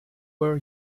were